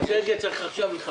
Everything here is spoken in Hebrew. תאמר.